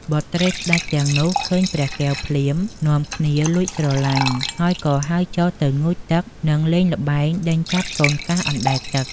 បុត្រីស្ដេចទាំងនោះឃើញព្រះកែវភ្លាម នាំគ្នាលួចស្រឡាញ់ ហើយក៏ហៅចុះទៅងូតទឹកនិងលេងល្បែងដេញចាប់កូនកាសអណ្ដែតទឹក។